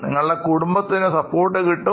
നിങ്ങളുടെ കുടുംബത്തിൻറെ സപ്പോർട്ട് കിട്ടും